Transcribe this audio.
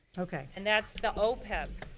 and that's the opebs.